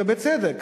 ובצדק,